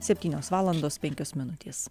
septynios valandos penkios minutės